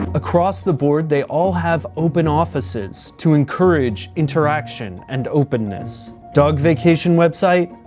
across the board they all have open offices to encourage interaction and openness. dog vacation website?